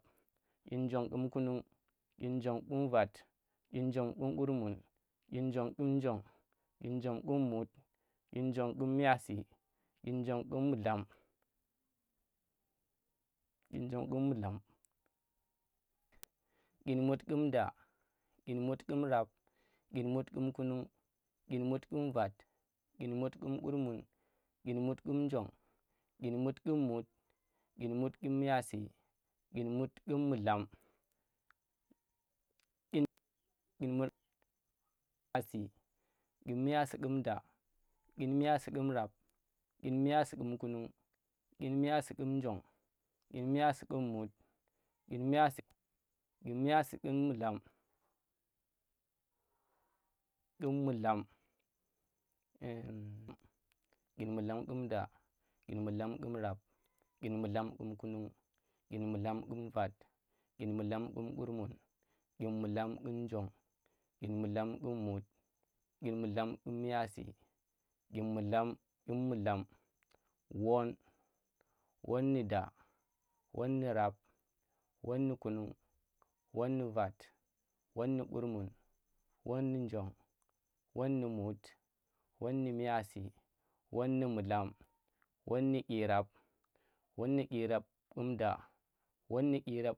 Dyinjong ƙum kunung, dyinjong ƙum vat, dyinjong ƙum kurmun, dyinjong ƙum jong, dyinjong ƙum mut, dyinjong ƙum miyasi, dyinjong ƙum mullam, dyinjong ƙum mullam, dyinmut kum da, dyinmut ƙum rab, dyinmut ƙum kunung, dyinmut ƙum vat, dyinmut ƙum kurmun, dyinmut ƙum njong, dyinmut ƙum mut, dyinmut ƙum miyasi, dyinmut kum mullam, dyinmiyasi, dyinmiyasi kum da, dyinmiyasi kum rab, dyinmiyasi ƙum kunung, dyinmiyasi ƙum njong, dyinmiyasi kum mut, dyinmiyasi ƙum mullam, dyinmullam ƙum da, dyinmullam kum rab, dyinmullam ƙum kunung, dyinmullam kum vat, dyinmullam ƙum kurmun, dyinmullam ƙum njong, dyinmullam ƙum mut, dyinmullam ƙum miyasi, dyinmullam ƙum mullam, won, won nu da, won nu rab, won nu kunnung, won nu vat, won nu kurmung, won nu njong, won nu mut, won nu miyasi, won nu mullam, won nu dyirab, won nu dyirab kum da, won nu diyerab